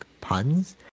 puns